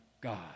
God